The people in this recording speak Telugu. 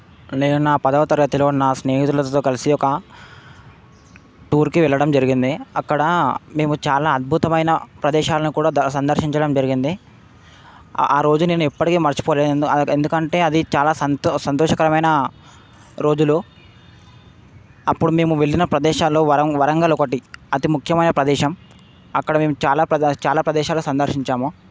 నేను నా పదవ తరగతిలో నా స్నేహితులతో కలిసి ఒక టూర్కి వెళ్ళడం జరిగింది అక్కడ మేము చాలా అద్భుతమైన ప్రదేశాలను కూడా సందర్శించడం జరిగింది ఆ రోజు నేను ఎప్పటికీ మరచిపోలేను ఎందుకంటే అది చాలా సంతోష సంతోషకరమైన రోజులు అప్పుడు మేము వెళ్ళిన ప్రదేశాలలో వరం వరంగల్ ఒకటి అతి ముఖ్యమైన ప్రదేశం అక్కడ మేము చాలా ప్రదే చాలా ప్రదేశాలు సందర్శించాము